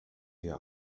wir